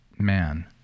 Man